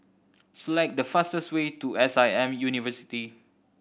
select the fastest way to S I M University